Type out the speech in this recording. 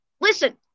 listen